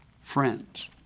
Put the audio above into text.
friends